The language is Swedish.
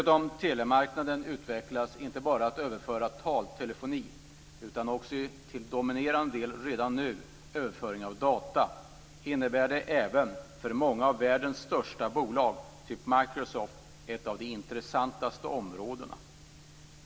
När telemarknaden dessutom utvecklas inte bara när det gäller att överföra taltelefoni utan också till dominerande del redan nu när det gäller överföring av data, innebär det även för många av världens största bolag, typ Microsoft, ett av de intressantaste områdena.